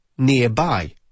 Nearby